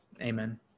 amen